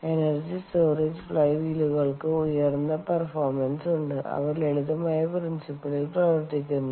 energy storage fly വീലുകൾക്ക് ഉയർന്ന performance ഉണ്ട് അവ ലളിതമായ പ്രിൻസിപിളിൽ പ്രവർത്തിക്കുന്നു